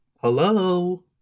Hello